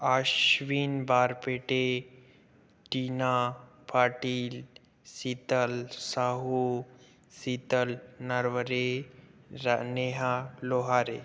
आश्विन बारपेटे टीना पाटिल शीतल साहू शीतल नरवरे रा नेहा लोहारे